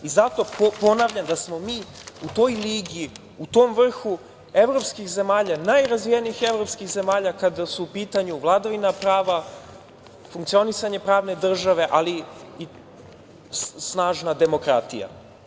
Zato ponavljam da smo mi u toj ligi, u tom vrhu evropskih zemalja, najrazvijenijih evropskih zemalja kada su u pitanju vladavina prava, funkcionisanje pravne države, ali i snažna demokratija.